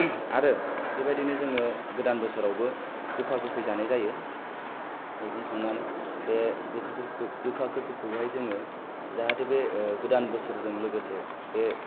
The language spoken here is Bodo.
आरो बेबादिनो जोङो गोदान बोसोर आवबो गोखा गोखै जानाय जायो मैगं' खांनानै बे गोखा गोखै गोखा गोखैहाय जोङो जाहाते बे गोदान बोसोर जों लोगोसे बे